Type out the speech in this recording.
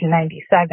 1997